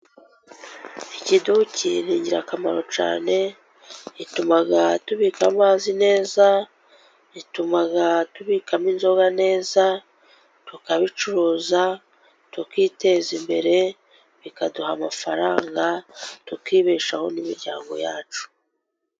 Ikiduki ni ingirakamaro cyane, bituma tubika amazi neza, bituma tubikamo inzoga neza, tukabicuruza, tukiteza imbere, bikaduha amafaranga tukibeshaho n'imiryango yacu.